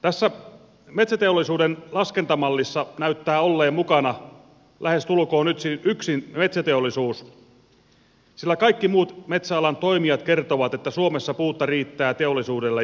tässä metsäteollisuuden laskentamallissa näyttää olleen mukana yksin metsäteollisuus sillä kaikki muut metsäalan toimijat kertovat että suomessa puuta riittää teollisuudelle ja energiakäyttöön